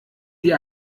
die